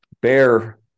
bear